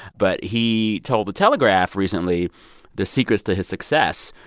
but he told the telegraph recently the secrets to his success,